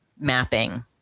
mapping